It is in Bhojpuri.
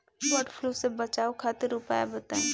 वड फ्लू से बचाव खातिर उपाय बताई?